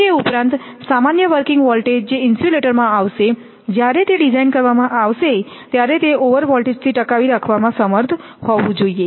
તે ઉપરાંત સામાન્ય વર્કિંગ વોલ્ટેજ જે ઇન્સ્યુલેટરમાં આવશે જ્યારે તે ડિઝાઇન કરવામાં આવશે ત્યારે તે ઓવરવોલ્ટેજથી ટકાવી રાખવામાં સમર્થ હોવું જોઈએ